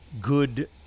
good